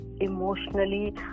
emotionally